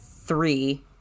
Three